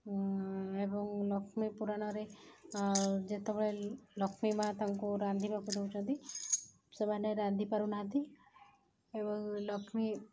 ଏବଂ ଲକ୍ଷ୍ମୀ ପୁରାଣରେ ଯେତେବେଳେ ଲକ୍ଷ୍ମୀ ମା ତାଙ୍କୁ ରାନ୍ଧିବାକୁ ଦଉଛନ୍ତି ସେମାନେ ରାନ୍ଧି ପାରୁନାହାନ୍ତି ଏବଂ ଲକ୍ଷ୍ମୀ